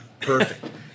perfect